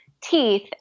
teeth